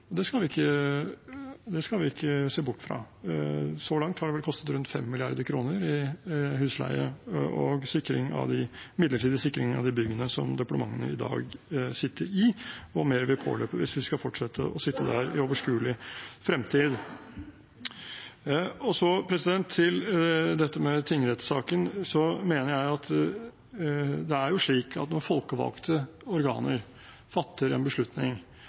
vel kostet rundt 5 mrd. kr i husleie og midlertidig sikring av de byggene som departementene i dag sitter i, og mer vil påløpe hvis vi skal fortsette å sitte der i overskuelig fremtid. Til dette med tingrettssaken: Når folkevalgte organer fatter en beslutning, mener jeg at det å rettsliggjøre politikken på den måten som her foreslås, blir feil. Det er tross alt lagt til vårt representative demokrati å fatte den type beslutninger, og når